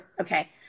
Okay